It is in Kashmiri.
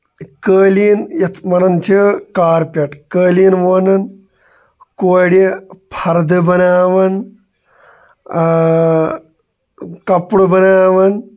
کٲلیٖن یَتھ وَنان چھ یَتھ وَنان چھِ کارپیٹ کٲلیٖن وونان کورِ فَردٕ بَناوان آ کَپُر بَناوان